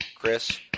Chris